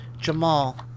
Jamal